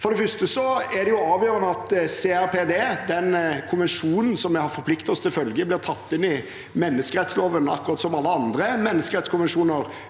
For det første er det avgjørende at CRPD, den konvensjonen som vi har forpliktet oss til å følge, blir tatt inn i menneskerettsloven, akkurat som alle andre menneskerettskonvensjoner